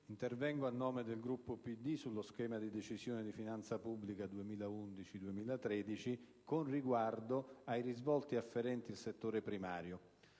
intervengo a nome del Gruppo del PD sullo schema di Decisione di finanza pubblica 2011-2013 con riguardo ai risvolti afferenti il settore primario.